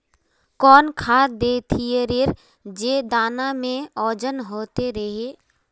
कौन खाद देथियेरे जे दाना में ओजन होते रेह?